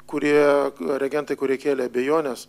kurie reagentai kurie kėlė abejones